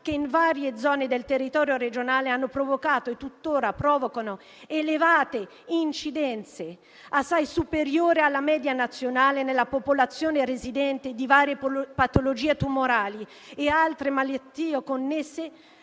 che in varie zone del territorio regionale hanno provocato e tuttora provocano elevate incidenze, assai superiori alla media nazionale nella popolazione residente, di varie patologie tumorali e altre malattie connesse